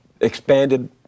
expanded